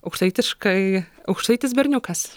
aukštaitiškai aukštaitis berniukas